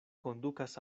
kondukas